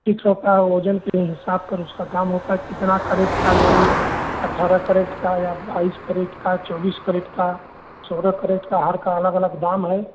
fix होता है वज़न के हिसाब पर उसका काम होता है कितना करेक्ट का लेंगी अट्ठारह करेक्ट का या बाईस करेट का या चौबीस केरट का चौदह करेट का हर का अलग अलग दाम है